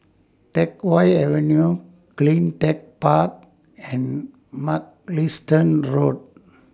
Teck Whye Avenue CleanTech Park and Mugliston Road